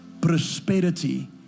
prosperity